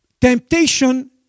Temptation